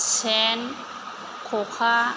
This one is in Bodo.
सेन ख'खा